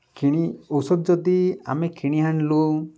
କିଣି ଔଷଧ ଯଦି ଆମେ କିଣି ଆଣିଲୁ